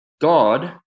God